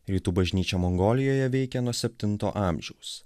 rytų bažnyčia mongolijoje veikia nuo septinto amžiaus